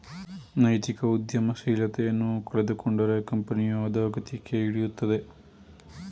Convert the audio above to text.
ನೈತಿಕ ಉದ್ಯಮಶೀಲತೆಯನ್ನು ಕಳೆದುಕೊಂಡರೆ ಕಂಪನಿಯು ಅದೋಗತಿಗೆ ಇಳಿಯುತ್ತದೆ